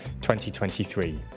2023